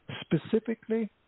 Specifically